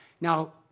Now